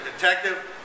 detective